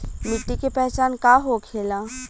मिट्टी के पहचान का होखे ला?